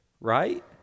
right